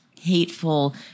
hateful